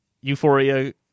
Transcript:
Euphoria